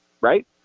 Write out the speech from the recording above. right